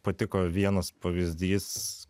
patiko vienas pavyzdys